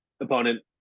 opponent